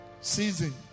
Season